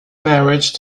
marriage